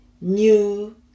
new